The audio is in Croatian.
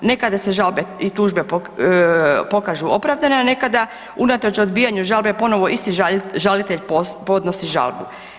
Nekada se žalbe i tužbe pokažu opravdane, a nekada unatoč odbijanju žalbe ponovo isti žalbe podnosi žalbu.